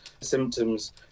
symptoms